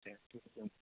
thank you sir